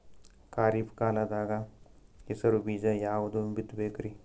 ಖರೀಪ್ ಕಾಲದಾಗ ಹೆಸರು ಬೀಜ ಯಾವದು ಬಿತ್ ಬೇಕರಿ?